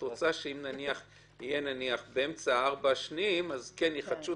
את רוצה שאם זה יהיה באמצע הארבע השניים כן יחדשו את הראשון.